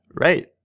right